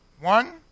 one